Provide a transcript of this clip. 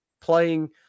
playing